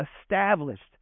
established